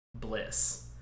bliss